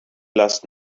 last